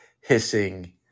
hissing